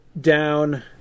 down